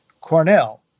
Cornell